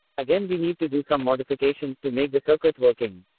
again we need to do some modification to make the circuit working.